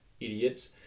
idiots